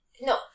No